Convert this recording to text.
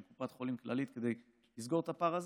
קופת חולים כללית כדי לסגור את הפער הזה.